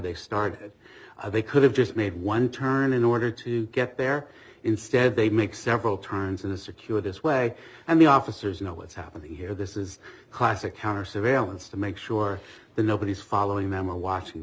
they started they could have just made one turn in order to get there instead they make several turns in a secured his way and the officers know what's happening here this is classic counter surveillance to make sure the nobody's following them are watching